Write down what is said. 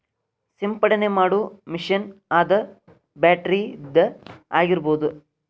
ಸಿಂಪಡನೆ ಮಾಡು ಮಿಷನ್ ಅದ ಬ್ಯಾಟರಿದ ಆಗಿರಬಹುದ